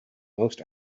most